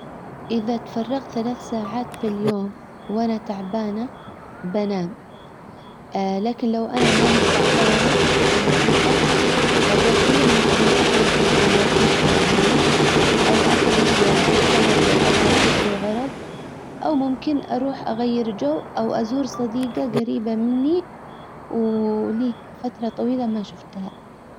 اذا تفرغت ثلاث ساعات في اليوم وانا تعبانة بنام لكن لو انا ماني تعبانة ونشيطة حقضيه ممكن اني اخرج مطعم لو كنت جوعانة او اخرج اتسوج لو ابغى اشتري غرض او ممكن اروح اغير جو او ازور صديجة جريبة مني ولي فترة طويلة ما شفتها.